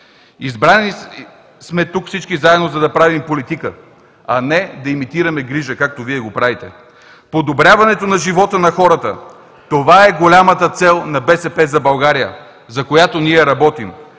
Избрани сме тук всички заедно, за да правим политика, а не да имитираме грижа, както Вие го правите. Подобряването на живота на хората – това е голямата цел на „БСП за България“, за която ние работим.